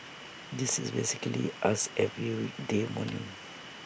this is basically us every weekday morning